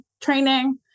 training